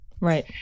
right